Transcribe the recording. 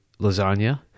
lasagna